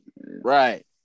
right